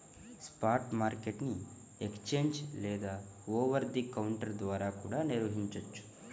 spot market ని exchange లేదా over the counter ద్వారా కూడా నిర్వహించొచ్చు